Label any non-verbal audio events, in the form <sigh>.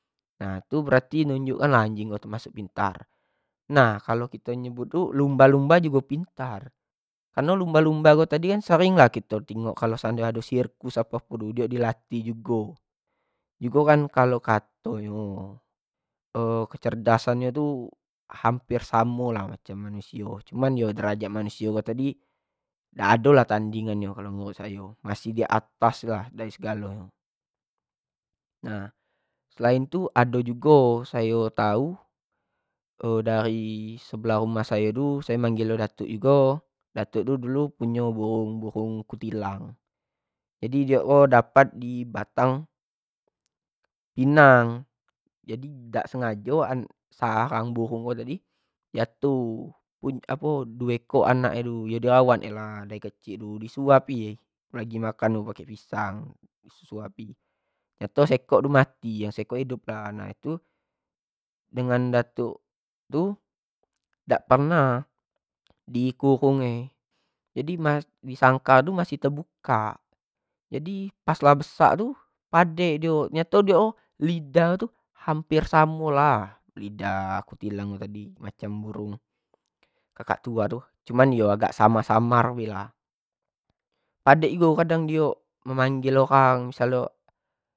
Nah itu berarti nunjuk in anjing ko termasuk pintar, nah kalo nyebut tu lumba-lumba jugo pintar kareno lumba- lumba tadi kan sering lah kito tengok di sirkus atau apo tu dio dilatih jugo, jugo kan kalo kato nyo <hesitation> kecerdasan dio tu hamper samo lah dengan manusio tapi yo derajat manusio ko tadi dak ado lah tandingan nyo ko menurut ayo, masih di atas lah dari esegalo nyo, nah, selain tu ado jugo sayo tau <hesitation> dari sebelah rumah sayo tu, sayo tu manggil datuk jugo, datuk ko punyo burung-burung kutilang, jadi diok ko dapat di batang pinang, jadi dak sengajo sarang burung ko jatuh, apo duo ekok anak nyo tadi, yo dirwat lah dari kecik di kasih makan di suapin pake pisang, nayato yang sekok mati, yang sekok hidup, lah dengan itu dengan datuk itu dak pernah di kurung anak jadi di sangkar tu masih terbuka jadi pas lah besak tu padek dio, nyato dio lidah tu hamper samo lah samo lidah burung kakak tua samar bae lah padek jugo dio memanggil orang kek missal nyo dio.